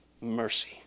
mercy